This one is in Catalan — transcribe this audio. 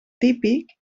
típic